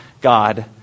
God